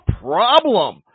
problem